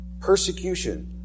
persecution